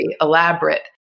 elaborate